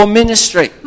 ministry